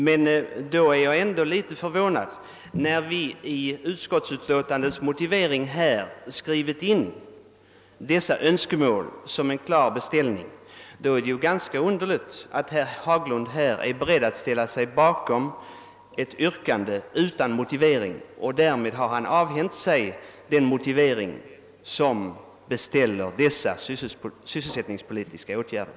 Men då är det ändå ganska underligt att herr Haglund, när|vi i utskottsutlåtandets motivering skrivit in dessa önskemål som en klar beställning, är beredd att ställa sig bakom ett yrkande utan motivering. Därmed har han avhänt sig den motivering som beställer dessa sysselsättningspolitiska åtgärder.